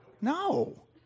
No